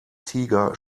tiger